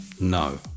No